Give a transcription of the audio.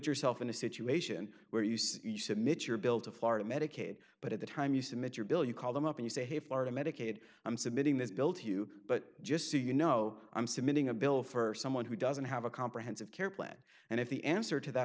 yourself in a situation where you said you submit your bill to florida medicaid but at the time you submit your bill you call them up and you say hey florida medicaid i'm submitting this bill to you but just so you know i'm submitting a bill for someone who doesn't have a comprehensive care plan and if the answer to that